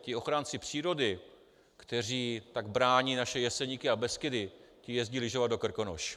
Ti ochránci přírody, kteří tak brání naše Jeseníky a Beskydy, jezdí lyžovat do Krkonoš.